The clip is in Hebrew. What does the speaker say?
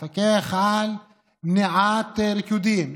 לפקח על מעט ריקודים,